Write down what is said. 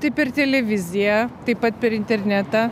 tai per televiziją taip pat per internetą